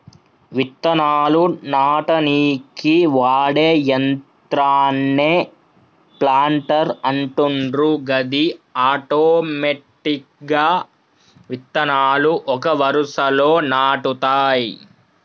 విత్తనాలు నాటనీకి వాడే యంత్రాన్నే ప్లాంటర్ అంటుండ్రు గది ఆటోమెటిక్గా విత్తనాలు ఒక వరుసలో నాటుతాయి